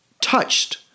touched